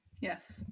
Yes